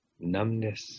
numbness